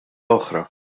oħra